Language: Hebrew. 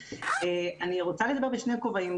אני רוצה לדבר בשני כובעים,